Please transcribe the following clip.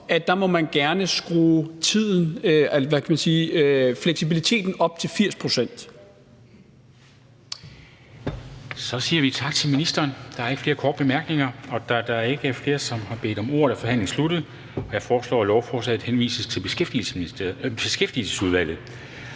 11:22 Formanden (Henrik Dam Kristensen): Så siger vi tak til ministeren. Der er ikke flere korte bemærkninger. Da der ikke er flere, som har bedt om ordet, er forhandlingen sluttet. Jeg foreslår, at lovforslaget henvises til Beskæftigelsesudvalget.